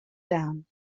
down